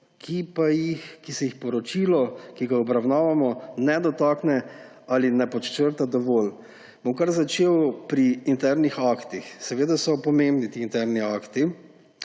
dejstev, ki se jih poročilo, ki ga obravnavamo, ne dotakne ali ne podčrta dovolj. Bom kar začel pri internih aktih. Seveda so pomembni ti interni akti.